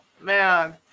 man